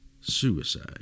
suicide